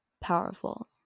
powerful